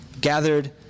gathered